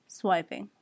swiping